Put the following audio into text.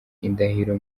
indahiro